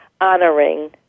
honoring